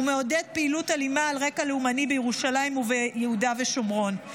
הוא מעודד פעילות אלימה על רקע לאומני בירושלים וביהודה ושומרון.